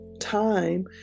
time